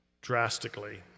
drastically